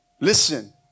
Listen